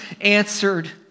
answered